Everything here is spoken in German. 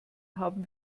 haben